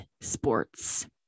sports